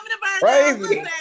crazy